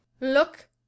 look